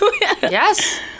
Yes